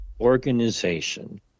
organization